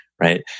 right